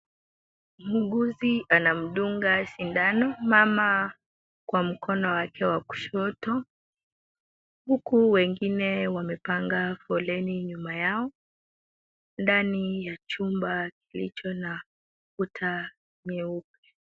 Munguzi ana mdunga sindano, mama kwa mkono wake wa kushoto. Huku wengine wamepanga foleni nyuma yao. Ndani ya chumba kilicho na kuta nyeupe